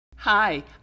Hi